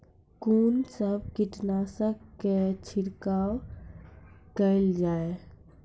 कून सब कीटनासक के छिड़काव केल जाय?